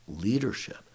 leadership